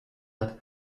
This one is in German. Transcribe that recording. hat